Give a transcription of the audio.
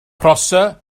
prosser